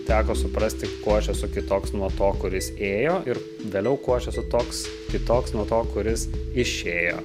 teko suprasti kuo aš esu kitoks nuo to kuris ėjo ir vėliau kuo aš esu toks kitoks nuo to kuris išėjo